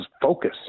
focus